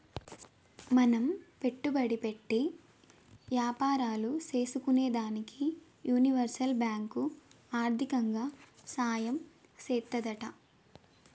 మనం పెట్టుబడి పెట్టి యాపారాలు సేసుకునేదానికి యూనివర్సల్ బాంకు ఆర్దికంగా సాయం చేత్తాదంట